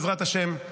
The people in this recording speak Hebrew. בעזרת השם,